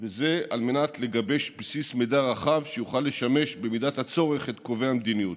כדי לגבש בסיס מידע רחב שיוכל לשמש את קובעי המדיניות,